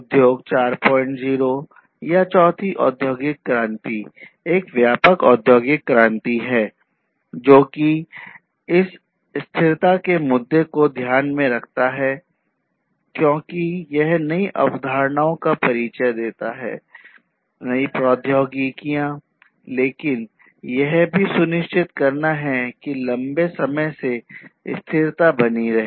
उद्योग 40 या चौथी औद्योगिक क्रांति एक व्यापक औद्योगिक क्रांति है जोकि इस स्थिरता के मुद्दे को ध्यान में रखता है क्योंकि यह नई अवधारणाओं का परिचय देता है नई प्रौद्योगिकियों लेकिन यह भी सुनिश्चित करता है कि लंबे समय में स्थिरता बनी रहे